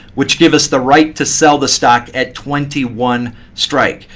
which give us the right to sell the stock at twenty one strike.